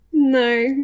no